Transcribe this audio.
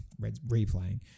replaying